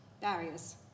barriers